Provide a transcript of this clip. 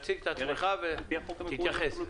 בבקשה.